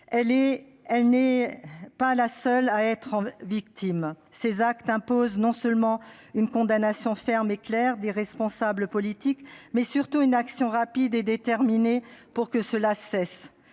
d'ailleurs pas la seule victime. De tels actes imposent non seulement une condamnation ferme et claire de la part des responsables politiques, mais surtout une action rapide et déterminée pour que cela cesse.